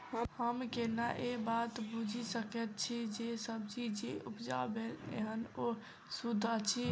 हम केना ए बात बुझी सकैत छी जे सब्जी जे उपजाउ भेल एहन ओ सुद्ध अछि?